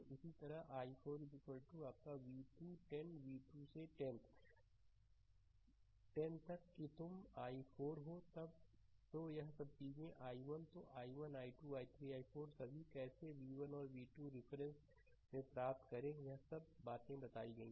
इसी तरह i4 आपका v2 10 v2 से 10 10 तक कि तुम i4 हो तो यह सब चीजें i1 तो i1 i2 i3 i4 सभी कैसे v1 और v2 के रिफरेंस में प्राप्त करें यह सब बातें बताई गई हैं